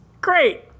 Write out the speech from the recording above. Great